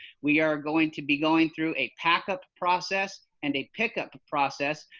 we are going to be going through a pack up process and a pick up process,